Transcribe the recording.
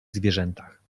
zwierzętach